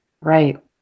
Right